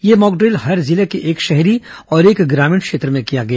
यह मॉकड्रिल हर जिले के एक शहरी और एक ग्रामीण क्षेत्र में किया गया